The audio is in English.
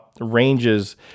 ranges